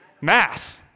Mass